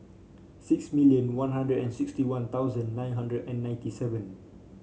six million One Hundred and sixty One Thousand nine hundred and ninety seven